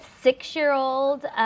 six-year-old